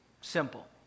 Simple